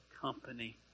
company